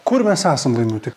kur mes esam laimuti